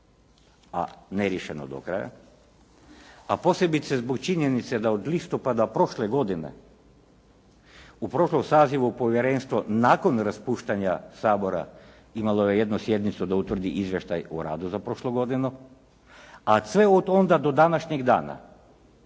a neriješeno do kraja, a posebice zbog činjenice da od listopada prošle godine u prošlom sazivu povjerenstvo nakon raspuštanja Sabora imalo je jednu sjednicu da utvrdi izvještaj o radu za prošlu godinu, a sve od onda do današnjeg dana